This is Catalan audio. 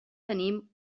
tenim